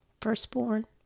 firstborn